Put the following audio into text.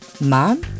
Mom